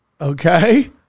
Okay